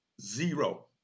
Zero